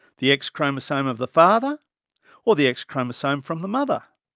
the x chromosome of the father or the x chromosome from the mother?